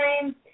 time